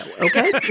okay